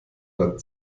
bad